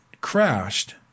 crashed